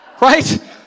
Right